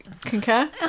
concur